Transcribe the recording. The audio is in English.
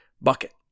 bucket